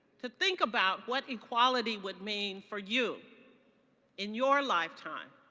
to think about what equality would mean for you in your lifetime.